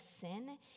sin